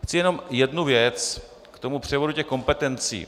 Chci jenom jednu věc k převodu kompetencí.